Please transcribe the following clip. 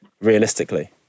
realistically